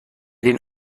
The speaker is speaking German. den